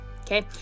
okay